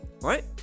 right